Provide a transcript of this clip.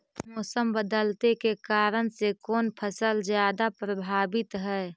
मोसम बदलते के कारन से कोन फसल ज्यादा प्रभाबीत हय?